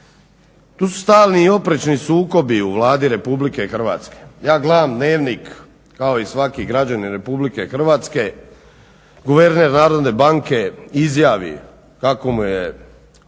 Tu su stalni i oprečni sukobi u Vladi Republike Hrvatske. Ja gledam dnevnik kao i svaki građanin Republike Hrvatske. Guverner Narodne banke izjavi kako mu je u